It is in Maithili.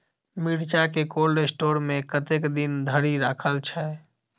मिर्चा केँ कोल्ड स्टोर मे कतेक दिन धरि राखल छैय?